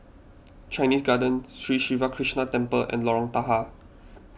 Chinese Garden Sri Siva Krishna Temple and Lorong Tahar